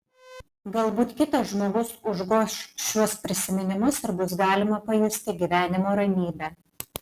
galbūt kitas žmogus užgoš šiuos prisiminimus ir bus galima pajusti gyvenimo ramybę